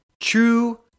True